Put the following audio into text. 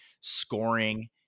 scoring